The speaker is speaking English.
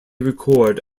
record